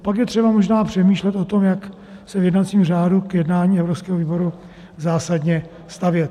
Pak je třeba možná přemýšlet o tom, jak se v jednacím řádu k jednání evropského výboru zásadně stavět.